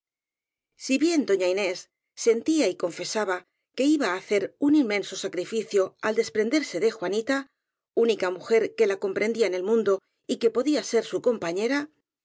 si bien dona inés sentía y confesaba que iba á hacer un inmenso sacrificio al desprenderse de juanita única mujer que la comprendía en el mundo y que podía ser su